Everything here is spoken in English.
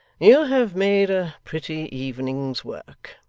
you have made a pretty evening's work.